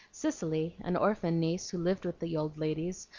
cicely, an orphan niece who lived with the old ladies,